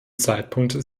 zeitpunkt